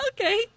Okay